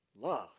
Love